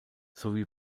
sowie